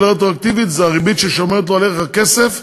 רטרואקטיבית זו הריבית ששומרת לו על ערך הכסף,